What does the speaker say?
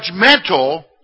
judgmental